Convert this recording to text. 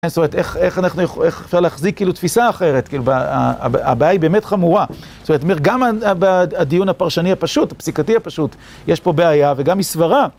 זאת אומרת, איך אפשר להחזיק תפיסה אחרת? הבעיה היא באמת חמורה. זאת אומרת, גם בדיון הפרשני הפשוט, הפסיקתי הפשוט, יש פה בעיה, וגם מסברה.